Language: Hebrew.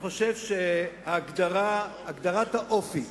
אני חושב שהגדרת האופי